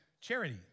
charity